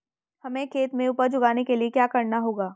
हमें खेत में उपज उगाने के लिये क्या करना होगा?